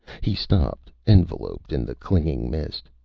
he stopped, enveloped in the clinging mist.